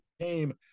game